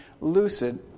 lucid